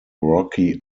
rocky